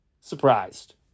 Surprised